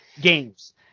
games